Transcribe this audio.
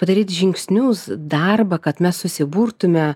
padaryt žingsnius darbą kad mes susiburtume